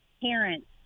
parents